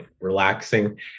relaxing